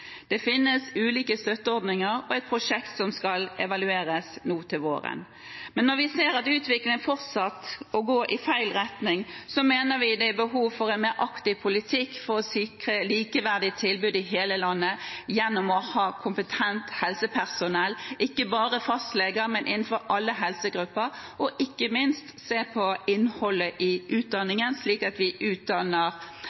Det finnes ulike støtteordninger og et prosjekt som skal evalueres nå til våren, men når vi ser at utviklingen har fortsatt å gå i feil retning, mener vi det er behov for en mer aktiv politikk for å sikre likeverdig tilbud i hele landet gjennom å ha kompetent helsepersonell, ikke bare fastleger, men innenfor alle helsegrupper, og ikke minst se på innholdet i